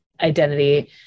identity